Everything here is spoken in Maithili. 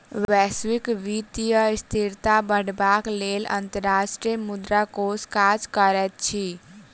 वैश्विक वित्तीय स्थिरता बढ़ेबाक लेल अंतर्राष्ट्रीय मुद्रा कोष काज करैत अछि